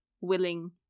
willing